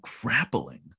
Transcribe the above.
grappling